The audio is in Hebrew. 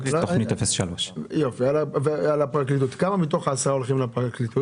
בתכנית 03. כמה מתוך ה-10 הולכים לפרקליטות?